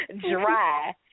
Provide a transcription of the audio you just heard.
Dry